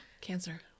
Cancer